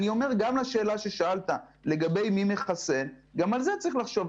אני אומר גם לשאלה ששאלת לגבי מי מחסן גם על זה צריך לחשוב.